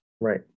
Right